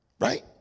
right